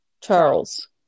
Charles